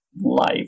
life